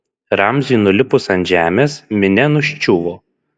ramziui nulipus ant žemės minia nuščiuvo